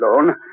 alone